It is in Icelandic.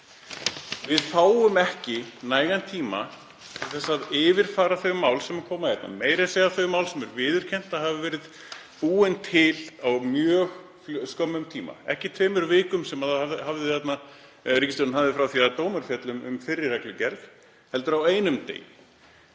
Við fáum ekki nægan tíma til að yfirfara þau mál sem koma hérna. Meira að segja þau mál sem er viðurkennt að hafi verið búin til á mjög skömmum tíma, ekki á tveimur vikum sem ríkisstjórnin hafði frá því að dómur féll um fyrri reglugerð heldur á einum degi.